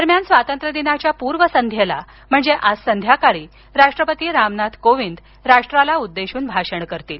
दरम्यान स्वातंत्र्यदिनाच्या पूर्वसंध्येला म्हणजे आज संध्याकाळी राष्ट्रपती रामनाथ कोविंद राष्ट्राला उद्देशून भाषण करतील